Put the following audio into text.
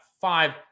five